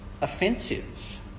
offensive